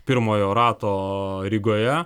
pirmojo rato rygoje